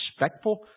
respectful